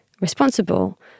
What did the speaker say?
responsible